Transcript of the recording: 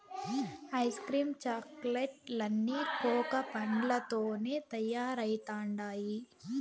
ice cream chocolate లన్నీ cocoa పండ్లతోనే తయారైతండాయి